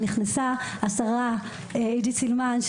נכנסה השרה עידית סילמן,